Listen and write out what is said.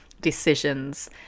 decisions